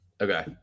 Okay